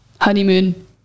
honeymoon